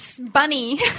Bunny